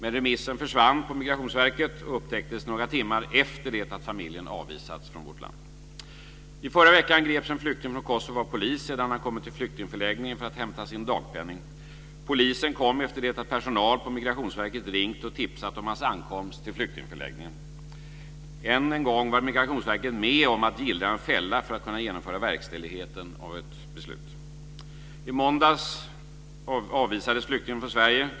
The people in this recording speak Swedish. Men remissen försvann på Migrationsverket och upptäcktes några timmar efter det att familjen avvisats från vårt land. I förra veckan greps en flykting från Kosovo av polis sedan han kommit till flyktingförläggningen för att hämta sin dagpenning. Polisen kom efter det att personal från Migrationsverket ringt och tipsat om hans ankomst till flyktingförläggningen. Än en gång var Migrationsverket med om att gillra en fälla för att kunna genomföra verkställigheten av ett beslut. I måndags avvisades flyktingen från Sverige.